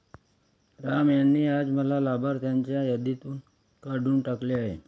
राम यांनी आज मला लाभार्थ्यांच्या यादीतून काढून टाकले आहे